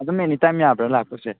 ꯑꯗꯨꯝ any time ꯌꯥꯕ꯭ꯔꯥ ꯂꯥꯛꯄꯁꯦ